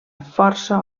força